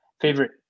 favorite